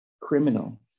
criminal